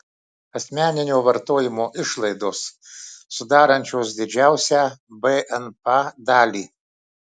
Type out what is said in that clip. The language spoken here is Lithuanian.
asmeninio vartojimo išlaidos sudarančios didžiausią bnp dalį